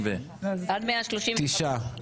תשעה.